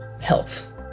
health